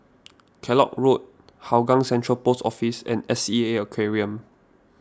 Kellock Road Hougang Central Post Office and S E A Aquarium